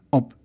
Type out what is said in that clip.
op